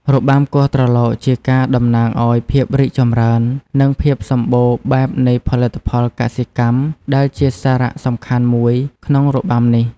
របាំគោះត្រឡោកជាការតំណាងឱ្យភាពរីកចម្រើន និងភាពសម្បូរបែបនៃផលិតផលកសិកម្មដែលជាសារសំខាន់មួយក្នុងរបាំនេះ។